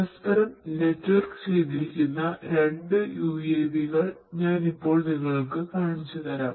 പരസ്പരം നെറ്റ്വർക്ക് ചെയ്തിരിക്കുന്ന രണ്ട് UAV കൾ ഞാൻ ഇപ്പോൾ നിങ്ങൾക്ക് കാണിച്ചുതരാം